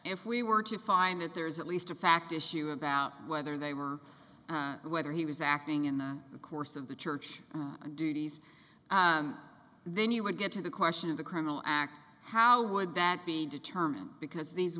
if we were to find that there's at least a fact issue about whether they were whether he was acting in the course of the church duties then you would get to the question of the criminal act how would that be determined because these